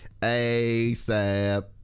ASAP